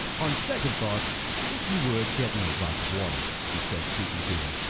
on second thoughts if you would get me a glass of water she said, speaking to him.